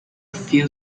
few